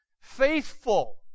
Faithful